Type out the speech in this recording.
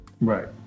Right